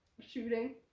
shooting